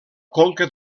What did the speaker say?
conca